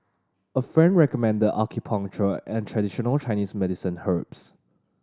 a friend recommended acupuncture and traditional Chinese medicine herbs